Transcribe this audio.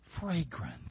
fragrance